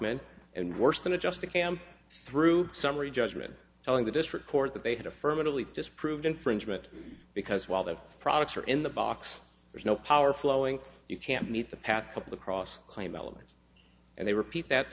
markman and worse than a just a cam through summary judgment telling the district court that they had affirmatively disproved infringement because while the products are in the box there's no power flowing you can't meet the past couple of cross claim elements and they repeat that